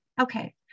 Okay